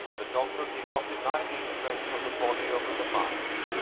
the doctor did not deny the influence of the body over the mind.